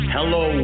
Hello